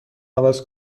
عوض